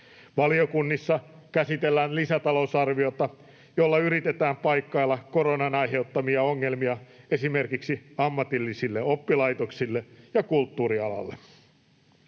Valiokunnissa käsitellään lisätalousarviota, jolla yritetään paikkailla koronan aiheuttamia ongelmia esimerkiksi ammatillisille oppilaitoksille ja kulttuurialalle.